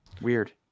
Weird